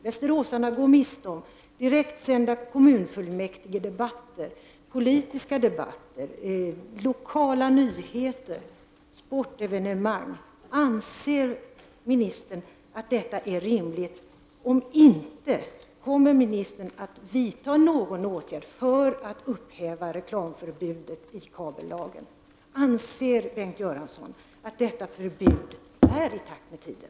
Västeråsarna går miste om direktsända kommunfullmäktigedebatter, andra politiska debatter, lokala nyheter och sportevenemang. Anser ministern att detta är rimligt? Om inte, kommer ministern att vidta någon åtgärd för att upphäva reklamförbudet i kabellagen? Anser Bengt Göransson att detta förbud är i takt med tiden?